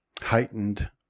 heightened